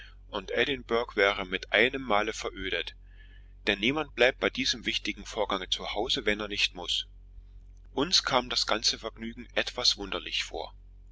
und edinburgh wäre mit einem male verödet denn niemand bleibt bei diesem wichtigen vorgange zu hause wenn er nicht muß uns kann das ganze vergnügen etwas wunderlich vor